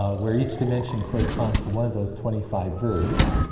um where each dimension corresponds to one of those twenty five verbs.